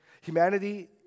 Humanity